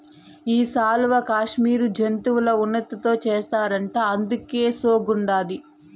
ఈ శాలువా కాశ్మీరు జంతువుల ఉన్నితో చేస్తారట అందుకే సోగ్గుండాది